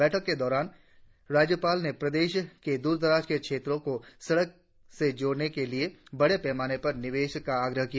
बैठक के दौरान राज्यपाल ने प्रदेश के द्रदराज के क्षेत्रों को सड़क से जोड़ने के लिए बड़े पैमाने पर निवेश का आग्रह किया